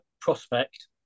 prospect